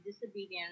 disobedience